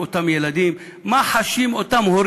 מה חשים אותם ילדים,